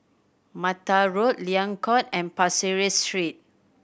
Mata Road Liang Court and Pasir Ris Street